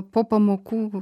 po pamokų